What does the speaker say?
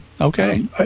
okay